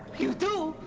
you do?